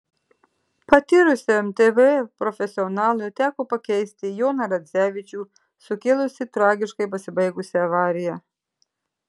patyrusiam tv profesionalui teko pakeisti joną radzevičių sukėlusį tragiškai pasibaigusią avariją